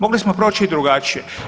Mogli smo proći drugačije.